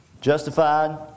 justified